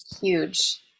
huge